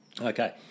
Okay